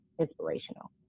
inspirational